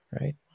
right